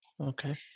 Okay